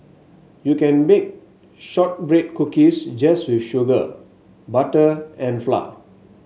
you can bake shortbread cookies just with sugar butter and flour